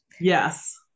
Yes